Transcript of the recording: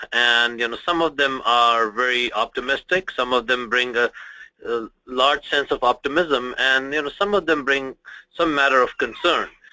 and you know some of them are very optimistic some of them bring a large sense of optimism. and you know some of them bring some matter of concern.